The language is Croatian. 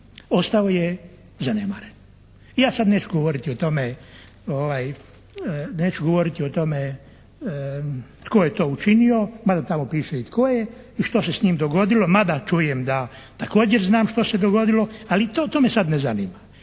ostao je zanemaren. Ja sad neću govoriti o tome tko je to učinio, mada tamo piše i tko je i što se s njim dogodilo, mada čujem da također znam što se dogodilo, ali to me sad ne zanima.